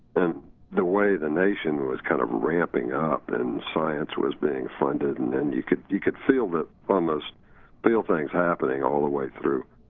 and the way the nation was kind of ramping up and science was being funded and and you could you could feel that, almost feel things happening all the way through.